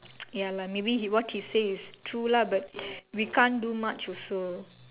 ya lah maybe what he say is true lah but we can't do much also